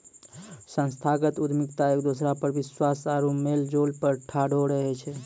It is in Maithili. संस्थागत उद्यमिता एक दोसरा पर विश्वास आरु मेलजोल पर ठाढ़ो रहै छै